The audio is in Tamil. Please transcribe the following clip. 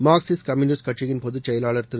மார்க்சிஸ்ட் கம்யூனிஸ்ட் கட்சியின் பொதுச் செயலாளர் திரு